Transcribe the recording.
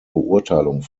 beurteilung